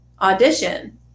audition